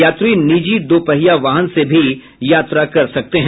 यात्री निजी दो पहिया वाहन से भी यात्रा कर सकते हैं